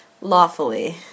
Lawfully